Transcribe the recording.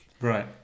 Right